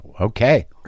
okay